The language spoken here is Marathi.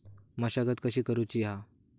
मशागत कशी करूची हा?